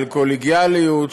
של קולגיאליות,